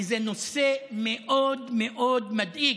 כי זה נושא מאוד מאוד מדאיג.